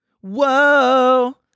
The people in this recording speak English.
Whoa